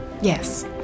Yes